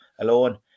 alone